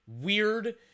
weird